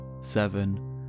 seven